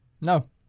No